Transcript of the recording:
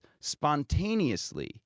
spontaneously